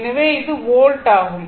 எனவே இது வோல்ட் ஆகும்